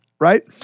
right